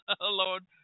Lord